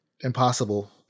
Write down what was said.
Impossible